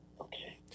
Okay